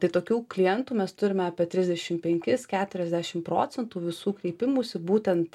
tai tokių klientų mes turime apie trisdešim penkis keturiasdešim procentų visų kreipimųsi būtent